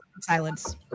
silence